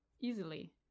easily